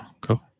Go